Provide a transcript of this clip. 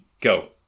Go